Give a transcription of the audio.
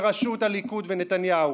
בראשות הליכוד ונתניהו.